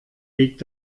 liegt